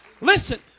Listen